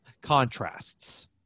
contrasts